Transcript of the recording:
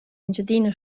engiadina